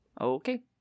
Okay